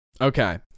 okay